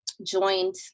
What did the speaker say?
joined